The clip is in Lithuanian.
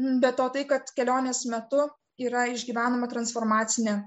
be to tai kad kelionės metu yra išgyvenama transformacinė